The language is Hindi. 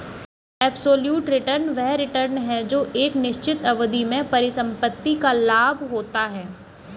एब्सोल्यूट रिटर्न वह रिटर्न है जो एक निश्चित अवधि में परिसंपत्ति का लाभ होता है